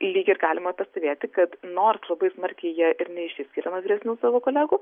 lyg ir galima pastebėti kad nors labai smarkiai jie ir neišsiskiria nuo vyresnių savo kolegų